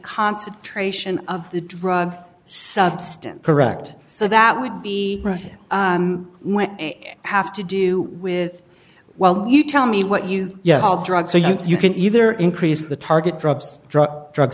concentration of the drug substance correct so that would be might have to do with well you tell me what you yes of drugs so you can either increase the target drugs drug drug